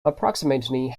approximately